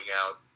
out